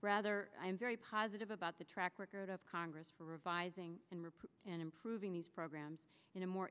rather i am very positive about the track record of congress for revising and rip and improving these programs in a more